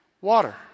water